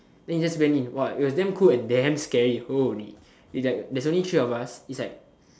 then you just went it !wah! it was damn cool and damn scary holy it's like there's only three of us it's like